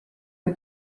kui